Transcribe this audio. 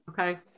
Okay